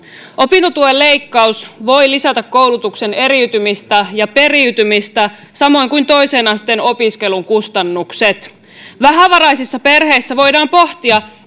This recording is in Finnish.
opintotuen leikkaus voi lisätä koulutuksen eriytymistä ja periytymistä samoin kuin toisen asteen opiskelun kustannukset vähävaraisissa perheissä voidaan pohtia että